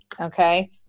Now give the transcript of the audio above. Okay